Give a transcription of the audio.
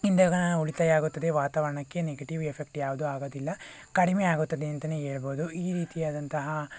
ಇಂಧನಗಳ ಉಳಿತಾಯ ಆಗುತ್ತದೆ ವಾತಾವರಣಕ್ಕೆ ನೆಗಟಿವ್ ಎಫೆಕ್ಟ್ ಯಾವುದೂ ಆಗೋದಿಲ್ಲ ಕಡಿಮೆ ಆಗುತ್ತದೆ ಅಂತಲೇ ಹೇಳ್ಬೋದು ಈ ರೀತಿ ಆದಂತಹ